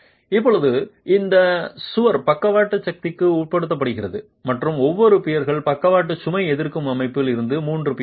இப்போது இந்த சுவர் பக்கவாட்டு சக்திக்கு உட்படுத்தப்படுகிறது மற்றும் ஒவ்வொரு பியர்ஸ் பக்கவாட்டு சுமை எதிர்க்கும் அமைப்பில் இருந்து 3 பியர்கள்